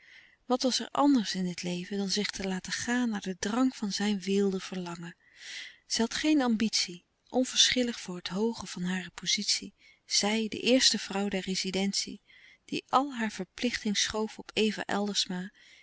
wat was er anders in het leven dan zich te laten gaan naar den louis couperus de stille kracht drang van zijn weelde verlangen zij had geen ambitie onverschillig voor het hooge van hare pozitie zij de eerste vrouw der rezidentie die al haar verplichting schoof op eva eldersma